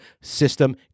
system